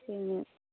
ह्म्